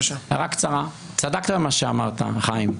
צדקת במה שאמרת, חיים.